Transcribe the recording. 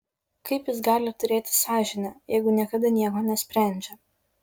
kaip jis gali turėti sąžinę jeigu niekada nieko nesprendžia